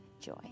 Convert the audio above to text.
joy